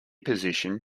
position